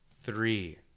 three